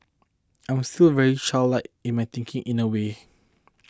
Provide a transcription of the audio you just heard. I'm still very childlike in my thinking in a way